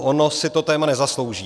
Ono si to to téma nezaslouží.